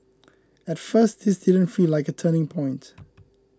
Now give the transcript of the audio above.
at first this didn't feel like a turning point